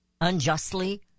unjustly